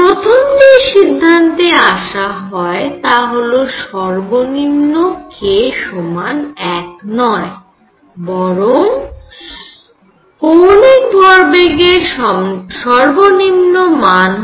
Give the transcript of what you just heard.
প্রথম যেই সিদ্ধান্তে আসা হয় তা হল সর্বনিম্ন k সমান 1 নয় বরং কৌণিক ভরবেগের সর্বনিম্ন মান হতে পারে 0